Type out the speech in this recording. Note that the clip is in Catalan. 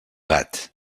gat